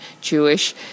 Jewish